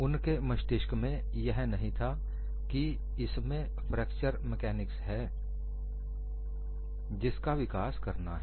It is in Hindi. उनके मस्तिष्क में यह नहीं था कि इसमें फ्रैक्चर मेकानिक्स है जिसका विकास करना है